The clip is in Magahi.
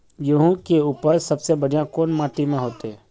गेहूम के उपज सबसे बढ़िया कौन माटी में होते?